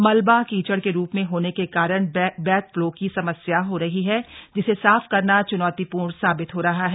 मलबा कीचड़ के रूप में होने के कारण बैकफ्लो की समस्या हो रही है जिसे साफ करना च्नौतीपूर्ण साबित हो रहा है